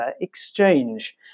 exchange